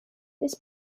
this